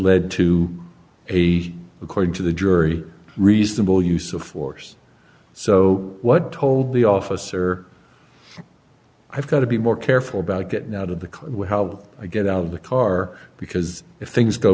led to a according to the jury reasonable use of force so what told the officer i've got to be more careful about getting out of the clue how i get out of the car because if things go